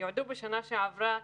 נתוני הייצוג מדברים על